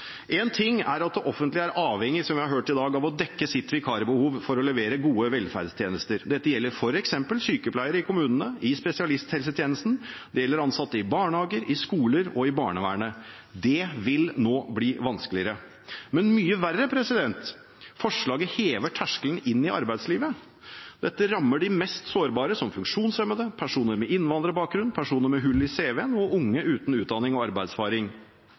en viktig årsak til å støtte forslaget. Er LO på vei inn i Kristelig Folkepartis styrende organer også? Én ting er at det offentlige er avhengig av, som vi har hørt i dag, å dekke sitt vikarbehov for å levere gode velferdstjenester. Det gjelder f.eks. sykepleiere i kommunene og i spesialisthelsetjenesten. Det gjelder ansatte i barnehager, i skoler og i barnevernet. Dette vil nå bli vanskeligere. Men mye verre: Forslaget hever terskelen for å komme inn i arbeidslivet. Dette rammer de mest sårbare, som funksjonshemmede, personer med innvandrerbakgrunn,